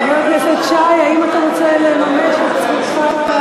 חבר הכנסת שי, האם אתה רוצה לממש את זכותך?